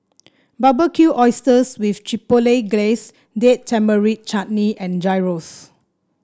Barbecued Oysters with Chipotle Glaze Date Tamarind Chutney and Gyros